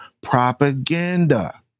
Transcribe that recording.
propaganda